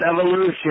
evolution